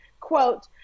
Quote